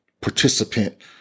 participant